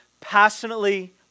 passionately